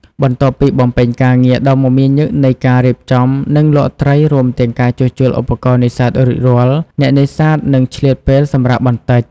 បន្ទាប់ពីបំពេញការងារដ៏មមាញឹកនៃការរៀបចំ និងលក់ត្រី រួមទាំងការជួសជុលឧបករណ៍នេសាទរួចរាល់ អ្នកនេសាទនឹងឆ្លៀតពេលសម្រាកបន្តិច។